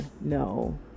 no